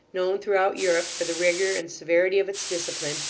known throughout europe for the rigour and severity of its discipline,